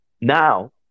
now